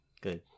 Good